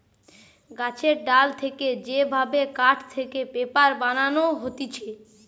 গাছের ডাল থেকে যে ভাবে কাঠ থেকে পেপার বানানো হতিছে